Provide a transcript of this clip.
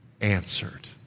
answered